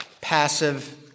passive